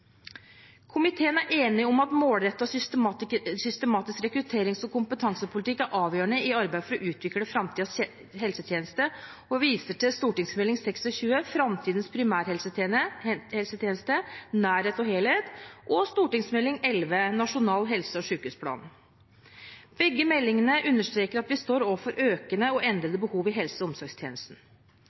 Komiteen er enig om at målrettet, systematisk rekrutterings- og kompetansepolitikk er avgjørende i arbeidet for å utvikle framtidens helsetjeneste, og viser til Meld. St. 26 for 2014–2015, Fremtidens primærhelsetjeneste – nærhet og helhet, og Meld. St. 11 for 2015–2016, Nasjonal helse- og sykehusplan. Begge meldingene understreker at vi står overfor økende og endrede behov i helse- og omsorgstjenesten.